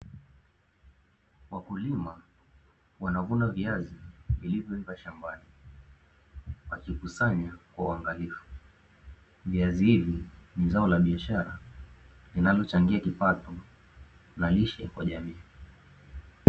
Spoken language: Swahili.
Wakulima wanavuna viazi vilivyoiva shambani wakikusanya kwa uangalifu. Viazi hivi ni zao la biashara linalochangia kipato na lishe kwa jamii.